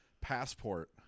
passport